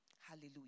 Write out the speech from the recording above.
Hallelujah